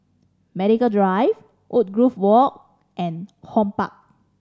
Medical Drive Woodgrove Walk and HortPark